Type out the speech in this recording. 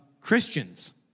Christians